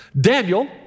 Daniel